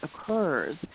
occurs